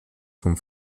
von